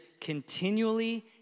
continually